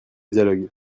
dialogue